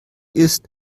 ist